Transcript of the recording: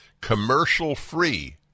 commercial-free